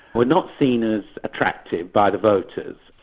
were not seen as attractive by the voters,